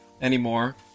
anymore